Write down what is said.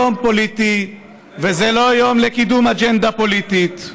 זה לא יום פוליטי וזה לא יום לקידום אג'נדה פוליטית.